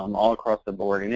um all across the board.